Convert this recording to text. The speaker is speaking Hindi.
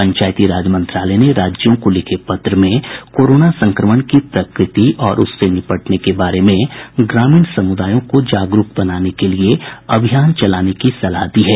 पंचायती राज मंत्रालय ने राज्यों को लिखे पत्र में कोरोना संक्रमण की प्रकृति और उससे निपटने के बारे में ग्रामीण समुदायों को जागरूक बनाने के लिए अभियान चलाने की सलाह दी है